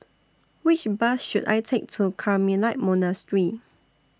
Which Bus should I Take to Carmelite Monastery